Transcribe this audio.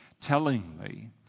Tellingly